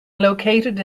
located